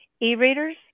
e-readers